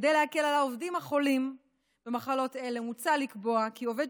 כדי להקל על העובדים החולים במחלות אלה מוצע לקבוע כי עובד